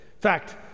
fact